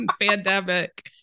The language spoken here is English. pandemic